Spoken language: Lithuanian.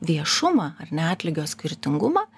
viešumą ar ne atlygio skirtingumą